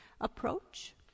approach